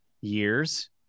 years